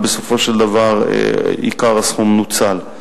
אבל בסופו של דבר עיקר הסכום נוצל.